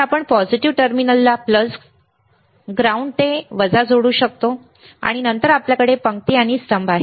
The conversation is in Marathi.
तर आपण पॉझिटिव्ह टर्मिनलला प्लस ग्राउंड ते वजा जोडू शकता आणि नंतर आपल्याकडे पंक्ती आणि स्तंभ आहेत